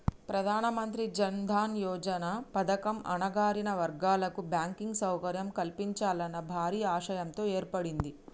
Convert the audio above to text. ప్రధానమంత్రి జన్ దన్ యోజన పథకం అణగారిన వర్గాల కు బ్యాంకింగ్ సౌకర్యం కల్పించాలన్న భారీ ఆశయంతో ఏర్పడింది